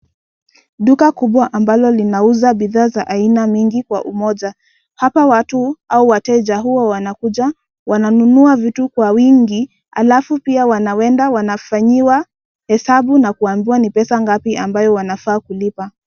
Duka kubwa ambalo linauza bidhaa za aina mingi kwa umoja, hapa watu, au wateja huwa wanakuja, wananunua vitu, kwa vingi, halafu pia wanawenda wanafanyiwa hesabu na kuambiwa ni pesa ngapi ambayo wanafaa kulipa.